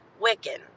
Wiccan